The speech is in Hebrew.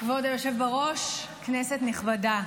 כבוד היושב בראש, כנסת נכבדה,